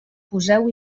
poseu